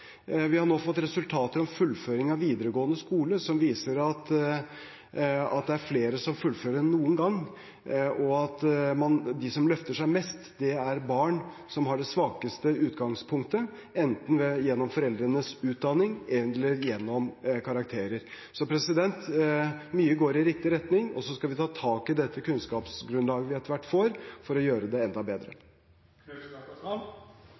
Vi har nå fått resultater om fullføring av videregående skole, som viser at det er flere som fullfører enn noen gang, og at de som løfter seg mest, er barn som har det svakeste utgangspunktet, enten gjennom foreldrenes utdanning eller gjennom karakterer. Så mye går i riktig retning. Og så skal vi ta tak i det kunnskapsgrunnlaget vi etter hvert får, for å gjøre det enda